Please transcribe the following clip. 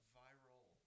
viral